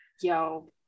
yo